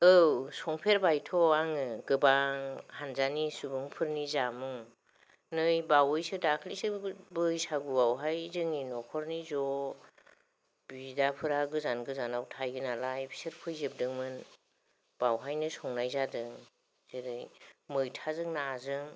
औ संफेरबायथ' आङो गोबां हानजानि सुबुंफोरनि जामुं नै बावैसो दाखलिसो बैसागुवावहाय जोंनि न'खरनि ज' बिदाफोरा गोजान गोजानाव थायोनालाय बिसोर फैजोबदोंमोन बावहायनो संनाय जादों जेरै मैथाजों नाजों